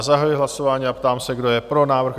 Zahajuji hlasování a ptám se, kdo je pro návrh?